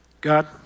God